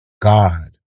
God